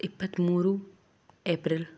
ಇಪ್ಪತ್ತ್ಮೂರು ಏಪ್ರಿಲ್